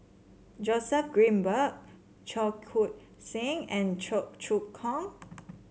Joseph Grimberg Cheong Koon Seng and Cheong Choong Kong